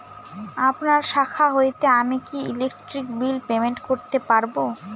আপনার শাখা হইতে আমি কি ইলেকট্রিক বিল পেমেন্ট করতে পারব?